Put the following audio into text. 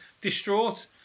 distraught